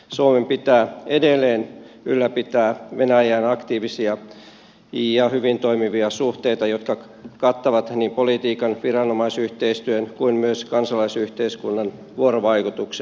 suomen pitää edelleen ylläpitää venäjään aktiivisia ja hyvin toimivia suhteita jotka kattavat niin politiikan viranomaisyhteistyön kuin myös kansalaisyhteiskunnan vuorovaikutuksen